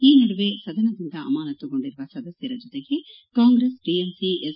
ಈ ನಡುವೆ ಸದನದಿಂದ ಅಮಾನತುಗೊಂಡಿರುವ ಸದಸ್ಯರ ಜೊತೆಗೆ ಕಾಂಗ್ರೆಸ್ ಟಎಂಸಿ ಎಸ್